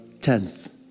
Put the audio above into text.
tenth